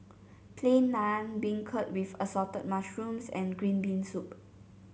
Plain Naan Beancurd with Assorted Mushrooms and Green Bean Soup